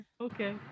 Okay